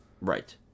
right